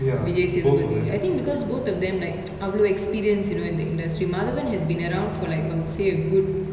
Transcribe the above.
vijay sethupathi I think because both of them like அவளோ:avalo experience you know in the industry madhavan has been around for like I would say a good